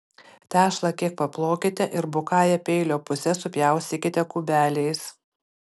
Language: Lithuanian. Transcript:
tešlą kiek paplokite ir bukąja peilio puse supjaustykite kubeliais